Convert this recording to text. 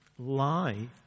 lie